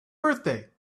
birthday